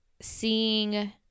seeing